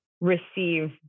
receive